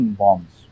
bombs